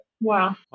Wow